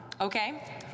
okay